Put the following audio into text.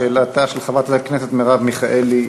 שאלתה של חברת הכנסת מרב מיכאלי,